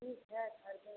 ठीक है खरीदेंगे